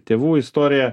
tėvų istorija